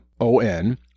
O-N